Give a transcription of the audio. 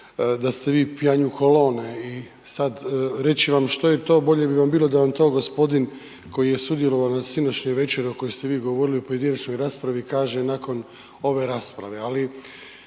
se ne razumije./ … i sada reći vam što je to, bolje bi vam bilo da vam to gospodin koji je sudjelovao na sinoćnjoj večeri o kojoj ste vi govorili u pojedinačnoj raspravi kaže nakon ove rasprave. Ali